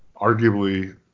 arguably